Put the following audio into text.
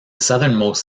southernmost